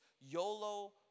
YOLO